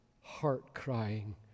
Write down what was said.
heart-crying